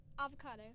Avocado